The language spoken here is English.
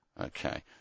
Okay